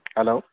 hello